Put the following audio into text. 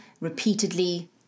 repeatedly